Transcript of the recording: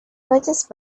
purchased